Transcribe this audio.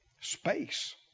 Space